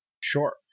Sure